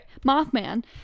mothman